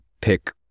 pick